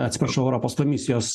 atsiprašau europos komisijos